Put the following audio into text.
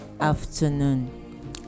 afternoon